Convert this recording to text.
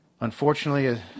Unfortunately